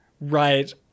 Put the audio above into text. right